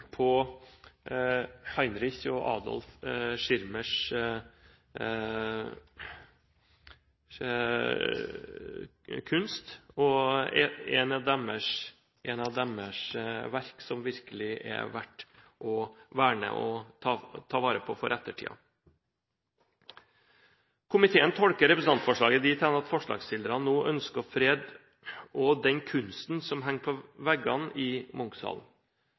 på Heinrich Ernst Schirmers og Adolf Schirmers kunst og er et av deres verk som virkelig er verdt å verne og ta vare på for ettertiden. Komiteen tolker representantforslaget dit hen at forslagsstillerne nå ønsker å frede også den kunsten som henger på veggene i